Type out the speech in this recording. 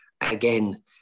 again